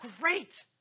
great